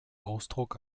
ausdruck